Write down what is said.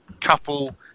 couple